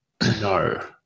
no